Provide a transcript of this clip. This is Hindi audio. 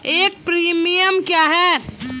एक प्रीमियम क्या है?